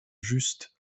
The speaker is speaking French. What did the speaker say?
juste